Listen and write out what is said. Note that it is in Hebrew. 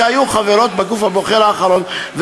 שהיו חברות בגוף הבוחר האחרון,